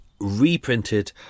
reprinted